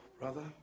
Brother